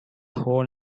hole